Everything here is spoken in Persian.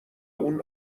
اون